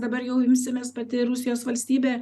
dabar jau imsimės pati rusijos valstybė